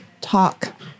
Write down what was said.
talk